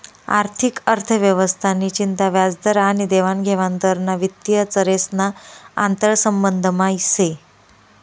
आर्थिक अर्थव्यवस्था नि चिंता व्याजदर आनी देवानघेवान दर ना वित्तीय चरेस ना आंतरसंबंधमा से